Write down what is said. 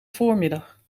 voormiddag